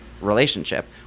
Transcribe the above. relationship